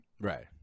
right